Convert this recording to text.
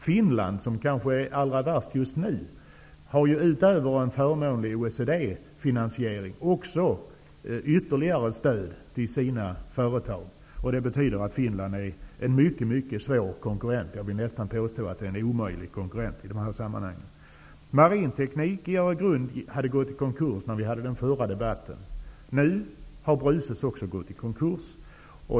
Finland, som kanske är allra värst just nu, har utöver en förmånlig OECD finansiering också ytterligare stöd till sina företag. Det betyder att Finland är en mycket svår konkurrent, jag vill nästan påstå att det är en omöjlig konkurrent i de här sammanhangen. Marinteknik i Öregrund hade gått i konkurs när vi hade den förra debatten. Nu har Bruces också gått i konkurs.